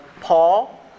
Paul